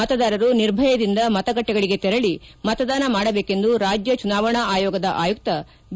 ಮತದಾರರು ನಿರ್ಭಯದಿಂದ ಮತಗಟ್ಟೆಗಳಿಗೆ ತೆರಳಿ ಮತದಾನ ಮಾಡಬೇಕೆಂದು ರಾಜ್ಯ ಚುನಾವಣಾ ಅಯೋಗದ ಆಯುಕ್ತ ಬಿ